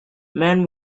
man